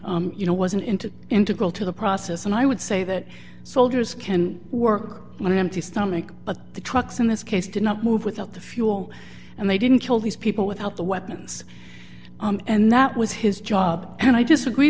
soldiers you know was an intern integral to the process and i would say that soldiers can work on an empty stomach but the trucks in this case did not move without the fuel and they didn't kill these people without the weapons and that was his job and i disagree